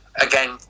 again